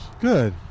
Good